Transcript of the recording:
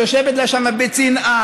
שיושבת לה שם בצנעה,